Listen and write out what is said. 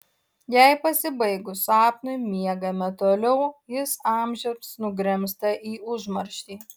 jei pasibaigus sapnui miegame toliau jis amžiams nugrimzta į užmarštį